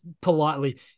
politely